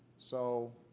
so